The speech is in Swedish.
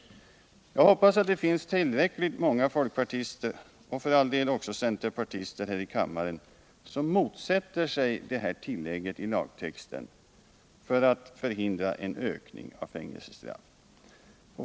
Jag hoppas att det finns tillräckligt många folkpartister och för all del också centerpartister här i kammaren, som motsätter sig detta tillägg i lagtexten för att förhindra en ökning av fängelsestraff.